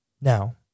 Now